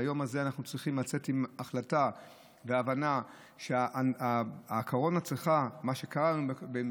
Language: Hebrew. ביום הזה אנחנו צריכים לצאת עם החלטה והבנה שמה שקרה לנו בקורונה,